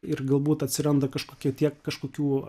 ir galbūt atsiranda kažkokie tiek kažkokių